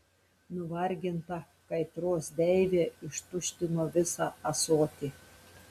nuvarginta kaitros deivė ištuštino visą ąsotį